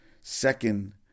Second